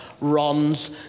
runs